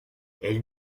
elle